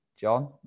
John